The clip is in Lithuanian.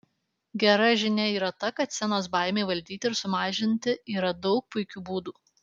gera žinia yra ta kad scenos baimei valdyti ir sumažinti yra daug puikių būdų